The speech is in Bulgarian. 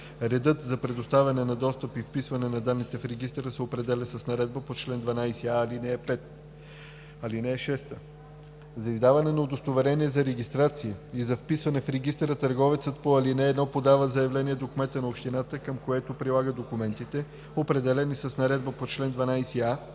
Редът за предоставяне на достъп и вписване на данните в регистъра се определя с наредбата по чл. 12а, ал. 5. (6) За издаване на удостоверение за регистрация и за вписване в регистъра търговецът по ал. 1 подава заявление до кмета на общината, към което прилага документите, определени с наредбата по чл. 12а, ал.